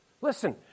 Listen